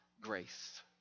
grace